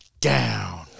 down